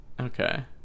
Okay